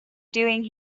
doing